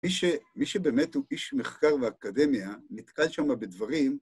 מי שבאמת הוא איש מחקר ואקדמיה נתקל שמה בדברים.